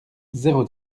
zéro